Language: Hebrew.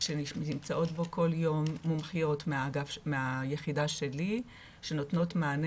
שנמצאות בו כל יום מומחיות מהיחידה שלי שנותנות מענה